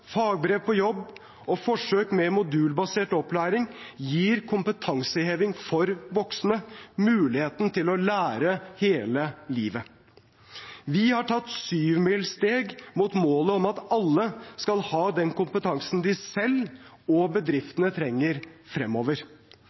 fagbrev på jobb og forsøk med modulbasert opplæring gir kompetanseheving for voksne og muligheten til å lære hele livet. Vi har tatt syvmilssteg mot målet om at alle skal ha den kompetansen de selv, og bedriftene, trenger fremover.